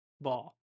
ball